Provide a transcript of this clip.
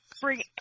bring